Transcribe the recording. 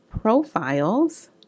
profiles